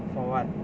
for what